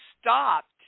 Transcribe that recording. stopped